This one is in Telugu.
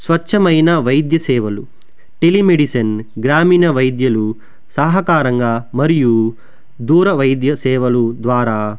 స్వచ్ఛమైన వైద్య సేవలు టెలీ మెడిసిన్ గ్రామీణ వైద్యులు సహకారంగా మరియు దూర వైద్య సేవలు ద్వారా